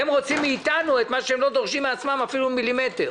הם רוצים מאיתנו את מה שהם לא דורשים מעצמם אפילו מילימטר.